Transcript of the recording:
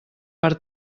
per